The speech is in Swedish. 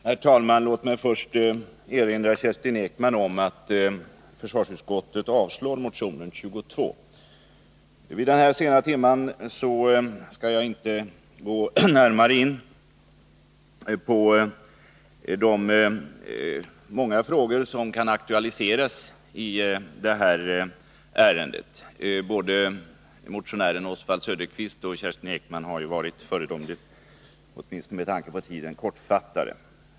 Herr talman! Låt mig först erinra Kerstin Ekman om att försvarsutskottet har avstyrkt motion 22. Vid den här sena timmen skall jag inte gå närmare in på de många frågor som kan aktualiseras i det här ärendet. Både motionären Oswald Söderqvist och Kerstin Ekman har ju varit föredömligt — åtminstone med tanke på tiden —- kortfattade.